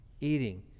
eating